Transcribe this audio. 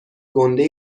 گُنده